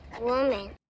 woman